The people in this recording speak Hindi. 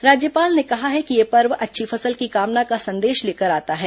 राज्यपाल ने कहा है कि यह पर्व अच्छी फसल की कामना का संदेश लेकर आता है